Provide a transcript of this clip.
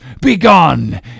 Begone